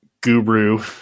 guru